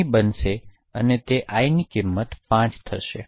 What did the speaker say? અહીં જે બનશે તે એ છે કે i ની કિંમત 5 થશે